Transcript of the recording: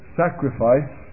sacrifice